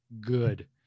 good